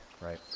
right